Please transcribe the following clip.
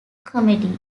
comedy